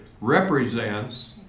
represents